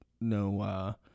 No